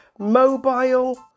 Mobile